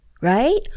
right